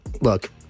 look